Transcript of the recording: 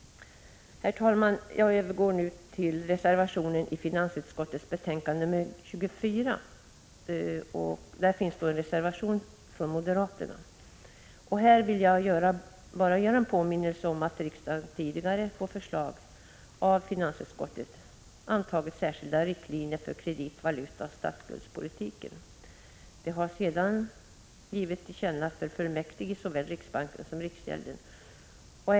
Herr talman! Jag övergår nu till reservationen i finansutskottets betänkande 24. Det är en reservation från moderaterna. Här vill jag bara göra en påminnelse om att riksdagen tidigare på förslag av finansutskottet antagit särskilda riktlinjer för kredit-, valutaoch statsskuldspolitiken. Detta har sedan givits till känna för fullmäktige i såväl riksbanken som riksgäldskontoret.